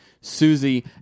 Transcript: Susie